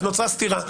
אז נוצרה סתירה.